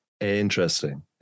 Interesting